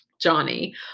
Johnny